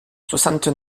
soixante